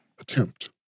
attempt